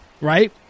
right